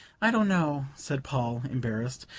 i don't know, said paul, embarrassed.